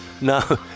No